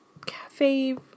Cafe